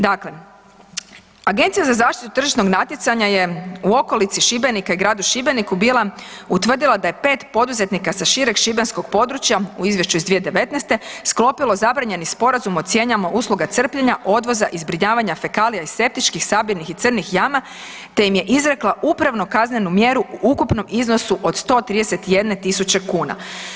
Dakle, Agencija za zaštitu tržišnog natjecanja je u okolici Šibenika i gradu Šibeniku bila utvrdila da je pet poduzetnika sa šireg šibenskog područja iz izvješća 2019. sklopilo zabranjeni sporazum o cijenama usluga crpljenja, odvoza i zbrinjavanja fekalija iz septičkih, sabirnih i crnih jama, te im je izrekla upravno-kaznenu mjeru u ukupnom iznosu od 131000 kuna.